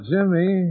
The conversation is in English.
Jimmy